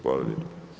Hvala lijepa.